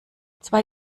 zwei